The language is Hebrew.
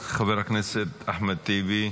חבר הכנסת אחמד טיבי,